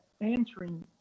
entering